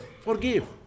forgive